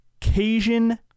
Cajun